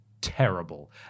terrible